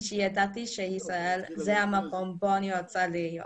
שידעתי שישראל היא המקום בו אני רוצה להיות.